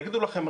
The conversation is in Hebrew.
יגידו לכם,